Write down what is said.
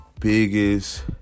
biggest